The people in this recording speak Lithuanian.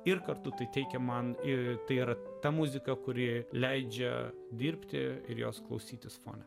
ir kartu tai teikia man ir tai ir ta muzika kuri leidžia dirbti ir jos klausytis fone